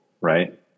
right